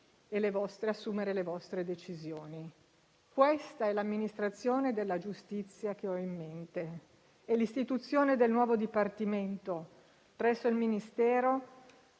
e assumere le vostre decisioni. Questa è l'amministrazione della giustizia che ho in mente e l'istituzione del nuovo dipartimento presso il Ministero